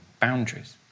boundaries